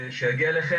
הוא יגיע אליכם,